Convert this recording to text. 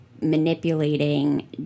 manipulating